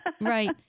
right